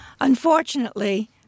Unfortunately